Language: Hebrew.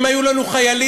אם היו לנו חיילים,